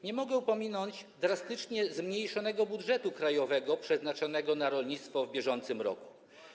Nie mogę pominąć drastycznie zmniejszonego budżetu krajowego przeznaczonego na rolnictwo w bieżącym roku.